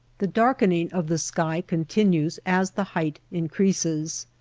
the darkening of the sky continues as the height increases.